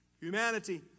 Humanity